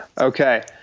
Okay